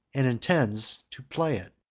and intends to play it.